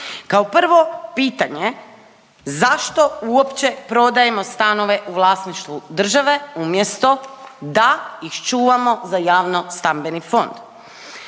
Kao prvo pitanje, zašto uopće prodajemo stanove u vlasništvu države umjesto da ih čuvamo za javnostambeni fond?